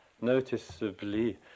noticeably